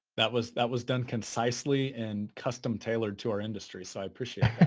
that was that was done concisely and custom-tailored to our industry. so, i appreciate it.